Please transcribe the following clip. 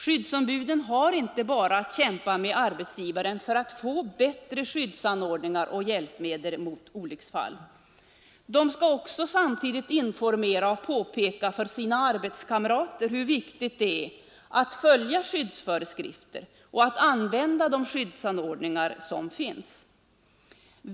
Skyddsombuden har inte bara att kämpa med arbetsgivaren för att få bättre skyddsanordningar och hjälpmedel mot olycksfall. De skall också informera och påpeka för sina arbetskamrater hur viktigt det är att följa skyddsföreskrifterna och att använda de skyddsanordningar som finns.